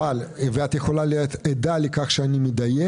ואת יכולה להיות עדה לכך שאני מדייק.